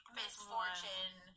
misfortune